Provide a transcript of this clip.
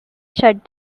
shut